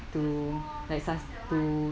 to like sus~ to